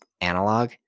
analog